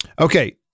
Okay